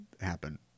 happen